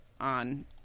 on